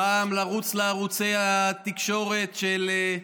פעם לרוץ לערוצי התקשורת של,